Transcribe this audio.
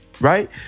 right